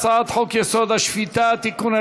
הצעת חוק-יסוד: השפיטה (תיקון,